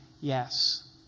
Yes